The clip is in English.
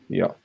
ja